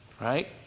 right